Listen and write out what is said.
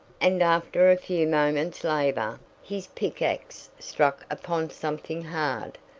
and, after a few moments' labor, his pick-ax struck upon something hard,